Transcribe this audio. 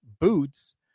boots